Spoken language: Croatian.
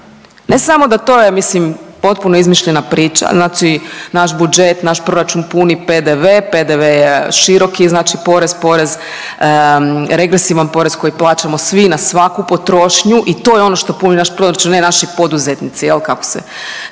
Ne samo da to je mislim potpuno izmišljena priča, znači naš budžet, naš proračun puni PDV. PDV je široki znači porez, porez, regresivan porez koji plaćamo svi na svaku potrošnju i to je ono što puni naš proračun ne naši poduzetnici kako se